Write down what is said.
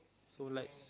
so like